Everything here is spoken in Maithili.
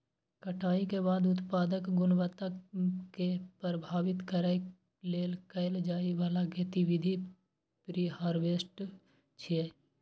कटाइ के बाद उत्पादक गुणवत्ता कें प्रभावित करै लेल कैल जाइ बला गतिविधि प्रीहार्वेस्ट छियै